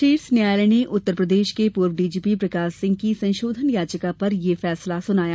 शीर्ष न्यायालय ने उत्तर प्रदेश के पूर्व डीजीपी प्रकाश सिंह की संशोधन याचिका पर यह फैसला सुनाया